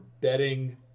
betting